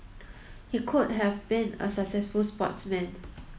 he could have been a successful sportsman